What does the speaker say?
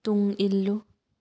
ꯇꯨꯡ ꯏꯜꯂꯨ